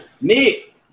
Nick